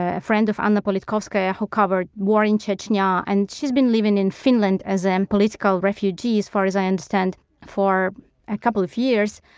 ah a friend of anna and politkovskaya who covered war in chechnya. and she's been living in finland as a political refugee as far as i understand for a couple of years.